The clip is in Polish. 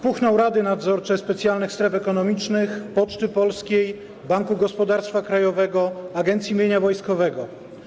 Puchną rady nadzorcze specjalnych stref ekonomicznych, Poczty Polskiej, Banku Gospodarstwa Krajowego, Agencji Mienia Wojskowego.